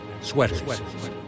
sweaters